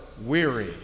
weary